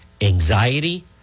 anxiety